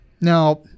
Now